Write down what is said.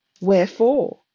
wherefore